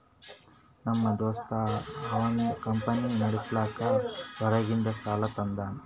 ನಮ್ ದೋಸ್ತ ಅವಂದ್ ಕಂಪನಿ ನಡುಸ್ಲಾಕ್ ಹೊರಗಿಂದ್ ಸಾಲಾ ತಂದಾನ್